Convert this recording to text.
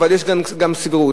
אבל יש כאן גם סבירות.